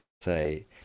say